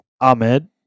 Ahmed